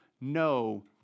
no